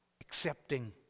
accepting